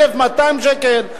1,200 שקל,